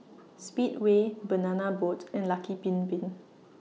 Speedway Banana Boat and Lucky Bin Bin